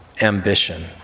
ambition